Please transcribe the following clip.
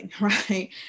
right